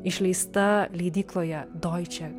išleista leidykloje doiče